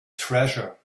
treasure